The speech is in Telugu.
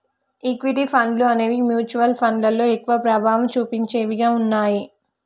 ఈక్విటీ ఫండ్లు అనేవి మ్యూచువల్ ఫండ్లలో ఎక్కువ ప్రభావం చుపించేవిగా ఉన్నయ్యి